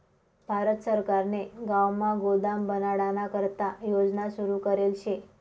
भारत सरकारने गावमा गोदाम बनाडाना करता योजना सुरू करेल शे